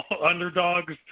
underdogs